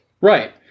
Right